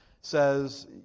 says